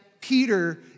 Peter